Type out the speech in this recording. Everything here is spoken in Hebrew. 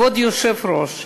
כבוד היושב-ראש,